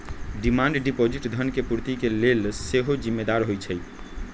demand deposit धन के पूर्ति के लेल सेहो जिम्मेदार होइ छइ